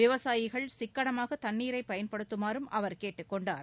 விவசாயிகள் சிக்கமாக தண்ணீரை பயன்படுத்துமாறும் அவர் கேட்டுக்கொண்டார்